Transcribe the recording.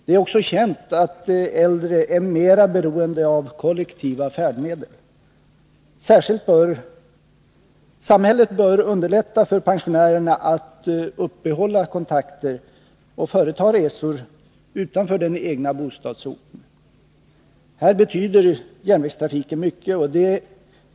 Det är också känt att äldre är mer beroende av kollektiva färdmedel. Samhället bör underlätta för pensionärerna att uppehålla kontakter och företa resor utanför den egna bostadsorten. Här betyder järnvägstrafiken mycket.